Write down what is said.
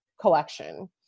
collection